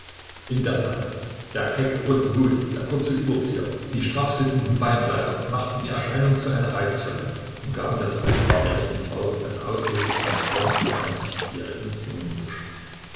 in der tat der kecke runde hut der kurze überzieher die straff sitzenden beinkleider machten die erscheinung zu einer reizvollen und gaben der jährigen frau das aussehen eines kaum zwanzigjährigen jungen burschen